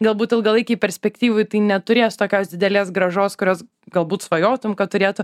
galbūt ilgalaikėj perspektyvoj tai neturės tokios didelės grąžos kurios galbūt svajotum kad turėtų